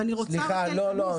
ואני רוצה רק לסיים במשפט.